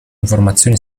informazioni